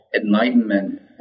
enlightenment